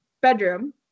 bedroom